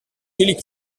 kelly